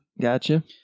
gotcha